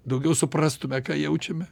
daugiau suprastume ką jaučiame